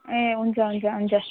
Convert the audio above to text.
ए हुन्छ हुन्छ हुन्छ